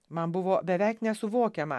man buvo beveik nesuvokiama